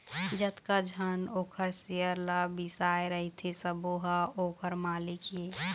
जतका झन ओखर सेयर ल बिसाए रहिथे सबो ह ओखर मालिक ये